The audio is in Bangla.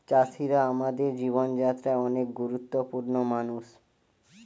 চাষিরা আমাদের জীবন যাত্রায় অনেক গুরুত্বপূর্ণ মানুষ